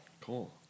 cool